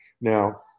Now